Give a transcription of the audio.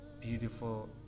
beautiful